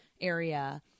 area